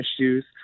issues